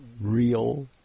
real